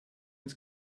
ins